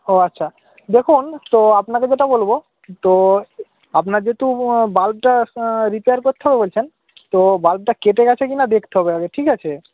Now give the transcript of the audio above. ও আচ্ছা দেখুন তো আপনাকে যেটা বলব তো আপনার যেহেতু বাল্বটা রিপেয়ার করতে হবে বলছেন তো বাল্বটা কেটে গেছে কি না দেখতে হবে আগে ঠিক আছে